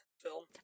film